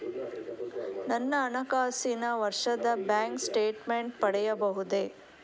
ನನ್ನ ಹಣಕಾಸಿನ ವರ್ಷದ ಬ್ಯಾಂಕ್ ಸ್ಟೇಟ್ಮೆಂಟ್ ಪಡೆಯಬಹುದೇ?